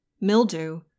mildew